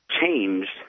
changed